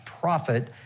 profit